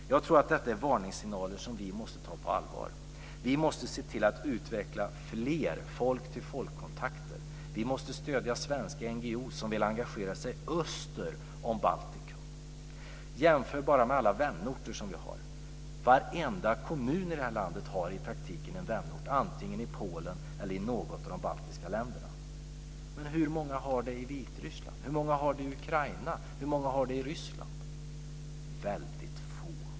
Jag tror att detta är varningssignaler som vi måste ta på allvar. Vi måste se till att utveckla fler folk-tillfolk-kontakter. Vi måste stödja svenska NGO:er som vill engagera sig öster om Baltikum. Titta bara på alla vänorter. Varenda kommun i det här landet har i praktiken en vänort antingen i Polen eller i något av de baltiska länderna. Men hur många har det i Vitryssland? Hur många har det i Ukraina? Hur många har det i Ryssland? Väldigt få.